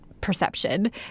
perception